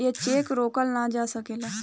ई चेक रोकल ना जा सकेला